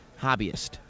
hobbyist